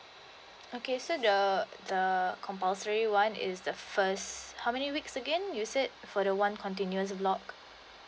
okay so the the compulsory one is the first how many weeks again you said for the one continuous block